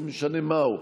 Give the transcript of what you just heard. לא משנה מה הוא,